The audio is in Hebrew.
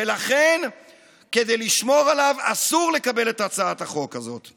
ולכן כדי לשמור עליו אסור לקבל את הצעת החוק הזאת.